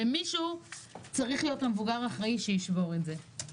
ומישהו צריך להיות המבוגר האחראי שישבור את זה.